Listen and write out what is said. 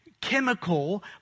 chemical